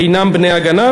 אינם בני-הגנה,